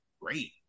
great